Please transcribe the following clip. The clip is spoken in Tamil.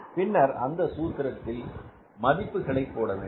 பின்னர் அந்த சூத்திரத்தில் மதிப்புகளை போட வேண்டும்